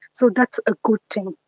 so that's a good thing.